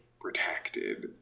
protected